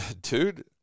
Dude